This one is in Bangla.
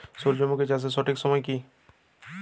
সূর্যমুখী চাষের সঠিক সময় কি?